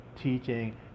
teaching